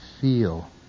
feel